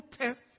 test